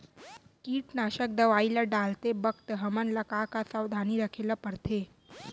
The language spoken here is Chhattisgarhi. कीटनाशक दवई ल डालते बखत हमन ल का का सावधानी रखें ल पड़थे?